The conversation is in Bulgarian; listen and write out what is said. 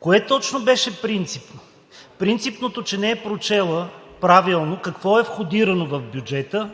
Кое точно беше принципно? Принципното, че не е прочела правилно какво е входирано в бюджета,